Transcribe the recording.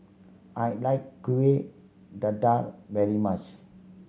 I like Kueh Dadar very much